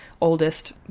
oldest